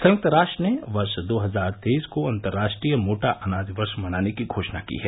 संयुक्त राष्ट्र ने वर्ष दो हजार तेईस को अंतर्राष्ट्रीय मोटा अनाज वर्ष मनाने की घोषणा की है